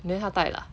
then 他戴了 ah